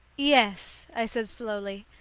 yes, i said slowly,